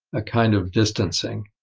a kind of distancing.